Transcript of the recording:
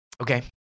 Okay